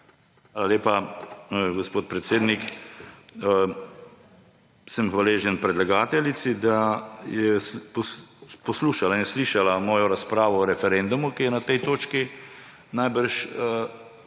lepa, gospod predsednik. Sem hvaležen predlagateljici, da je poslušala in slišala mojo razpravo o referendumu, ki je na tej točki najbrž